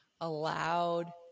allowed